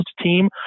team